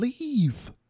Leave